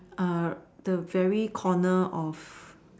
the very corner of